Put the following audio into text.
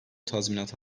tazminat